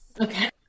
Okay